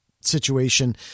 situation